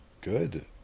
Good